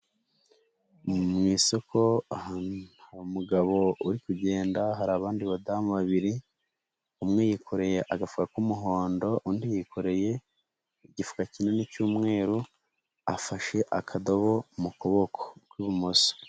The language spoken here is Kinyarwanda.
Mu isoko hari umugabo uri kugenda, hari abandi badamu babiri, umwe yikoreye agafuka k'umuhondo, undi yikoreye igifuka kinini cy'umweru, afashe akadobo mu kuboko kw'ibumoso.